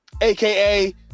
aka